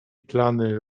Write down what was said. plany